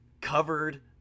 Covered